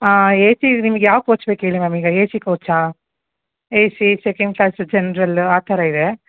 ಹಾಂ A C ನಿಮ್ಗೆ ಯಾವ ಕೋಚ್ ಬೇಕು ಹೇಳಿ ಮ್ಯಾಮ್ ಈಗ ಎ ಸಿ ಕೋಚಾ A C second class general ಆ ಥರ ಇದೆ